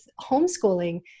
homeschooling